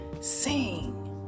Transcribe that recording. sing